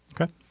Okay